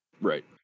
Right